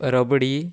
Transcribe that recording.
rabri